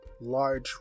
large